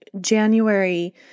January